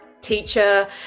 teacher